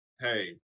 Hey